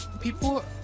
people